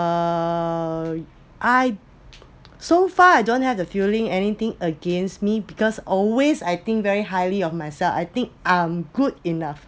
err I so far I don't have the feeling anything against me because always I think very highly of myself I think I'm good enough